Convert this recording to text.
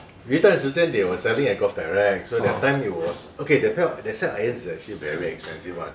有一段时间 they were selling at golf direct so that time it was okay that pair that set of irons is actually very expensive [one]